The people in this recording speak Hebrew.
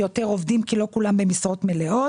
יותר עובדים כי לא כולם במשרות מלאות.